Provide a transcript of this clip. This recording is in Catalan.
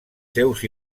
seus